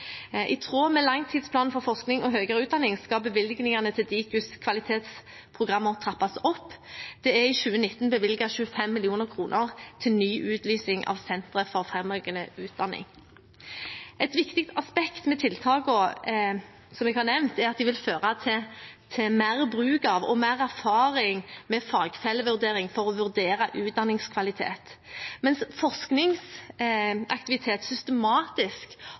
I tråd med langtidsplanen for forskning og høyere utdanning skal bevilgningene til Dikus kvalitetsprogrammer trappes opp. Det er i 2019 bevilget 25 mill. kr til ny utlysning av Sentre for fremragende utdanning. Et viktig aspekt ved tiltakene jeg har nevnt, er at de vil føre til mer bruk av og mer erfaring med fagfellevurdering for å vurdere utdanningskvalitet. Mens forskningsaktivitet systematisk